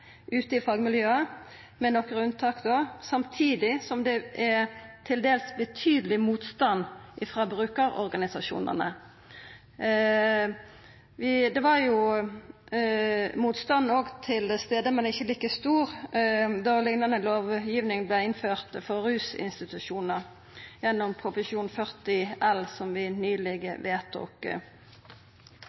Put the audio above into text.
ute i fagmiljøa, med nokre unntak, samtidig som det er til dels betydeleg motstand frå brukarorganisasjonane. Det var jo òg motstand til stades – men ikkje like stor – da liknande lovgiving vart innført for rusinstitusjonar, gjennom Prop. 40 L for 2015–2016, som vi nyleg vedtok.